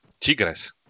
Tigres